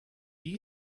you